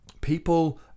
people